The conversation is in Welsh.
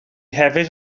hefyd